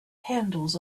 handles